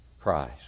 Christ